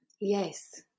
Yes